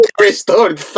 Restored